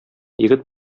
егет